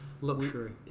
Luxury